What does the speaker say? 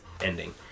ending